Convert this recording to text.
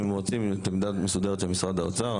אם רוצים עמדה מסודרת של משרד האוצר,